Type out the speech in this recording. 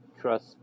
trust